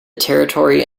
territory